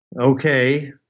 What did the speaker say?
okay